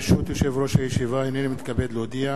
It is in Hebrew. ברשות יושב-ראש הישיבה, הנני מתכבד להודיע,